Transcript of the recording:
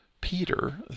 Peter